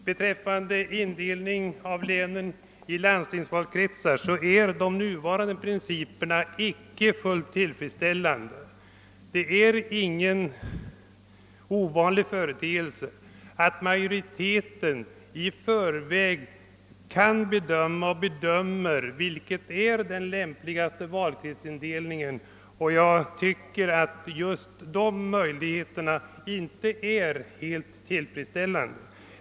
De nuvarande principerna för indelningen av länen i landstingsvalkretsar är icke fullt tillfredsställande. Det är ingen ovanlig företeelse att majoriteten i förväg kan bedöma — och bedömer — vad som är den mandatmässigt lämpligaste valkretsindelningen, något som jag anser vara mindre tillfredsställande.